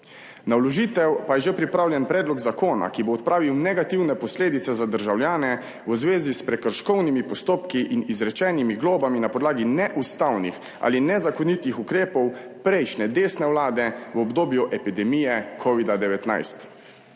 Na vložitev pa je že pripravljen predlog zakona, ki bo odpravil negativne posledice za državljane v zvezi s prekrškovnimi postopki in izrečenimi globami na podlagi neustavnih ali nezakonitih ukrepov prejšnje desne vlade v obdobju epidemije covida-19.